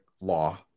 law